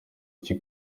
iki